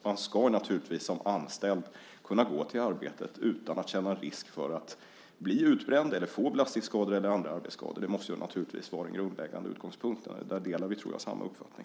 Man ska naturligtvis som anställd kunna gå till arbetet utan att känna risk för att bli utbränd, få belastningsskador eller andra arbetsskador. Det måste naturligtvis vara den grundläggande utgångspunkten. Där tror jag att vi har samma uppfattning.